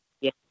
Yes